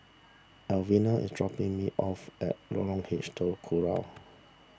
Elvina is dropping me off at Lorong H Telok Kurau